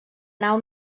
nau